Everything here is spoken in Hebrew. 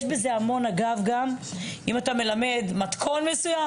יש בזה המון, אגב גב, אם אתה מלמד מתכון מסוים.